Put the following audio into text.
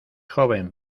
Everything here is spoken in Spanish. joven